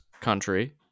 country